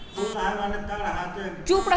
KYC के मतलब ग्राहक का पहचान करहई?